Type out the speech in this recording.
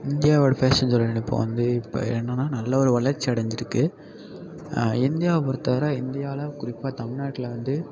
இந்தியாவோடய பேஷன் ஷோவில் இப்போ வந்து இப்போ என்னென்னா நல்ல ஒரு வளர்ச்சி அடைஞ்சிருக்கு இந்தியாவை பொறுத்த வர இந்தியாவில் குறிப்பாக தமிழ்நாட்டில் வந்து